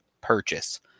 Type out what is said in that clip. purchase